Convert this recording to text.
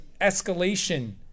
escalation